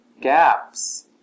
gaps